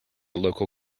local